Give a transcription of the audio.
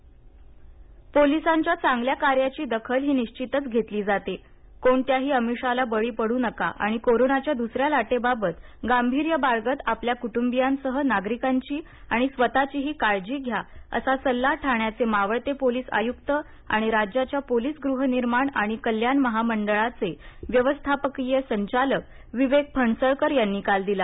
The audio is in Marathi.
पोलिस सन्मान पोलिसांच्या चांगल्या कार्याची दखल ही निश्चितच घेतली जाते कोणत्याही अमिषाला बळी पडू नका आणि कोरोनाची दुसरी लाटेबाबत गांभीर्य बाळगत आपल्या कुटूंबियांसह नागरिकांची आणि स्वतचीही काळजी घ्याअसा सल्ला ठाण्याचे मावळते पोलीस आयुक्त आणि राज्याच्या पोलीस गृहनिर्माण आणि कल्याण महामंडळाचे व्यवस्थापकीय संचालक विवेक फणसळकर यांनी काल दिला